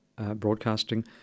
broadcasting